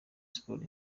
sports